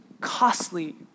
costly